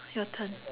your turn